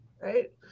Right